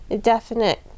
definite